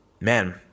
man